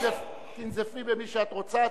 תנזפי במי שאת רוצה,